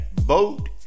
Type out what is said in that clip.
vote